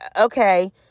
Okay